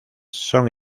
son